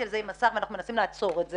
על זה עם השר ואנחנו מנסים לעצור את זה,